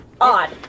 Odd